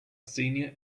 senior